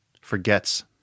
forgets